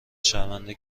شرمنده